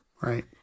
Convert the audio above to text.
Right